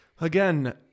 Again